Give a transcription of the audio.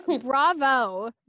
bravo